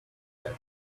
that